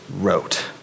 wrote